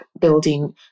building